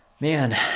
man